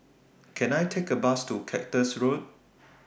Can I Take A Bus to Cactus Road